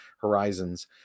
horizons